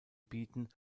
bieten